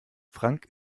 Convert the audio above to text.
frank